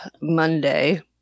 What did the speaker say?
Monday